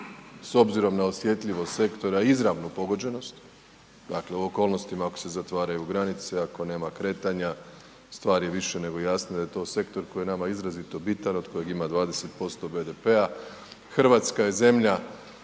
s obzirom na osjetljivost sektora izravno pogođenost, dakle u okolnostima ako se zatvaraju granice, ako nema kretanja, stvar je i više nego jasna da je to sektor koji je nama izrazito bitan, od kojeg ima 20% BDP-a. RH je zemlja